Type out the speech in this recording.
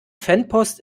fanpost